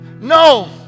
No